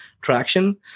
traction